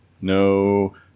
no